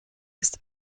ist